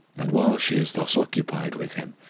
and, while she is thus occupied with him,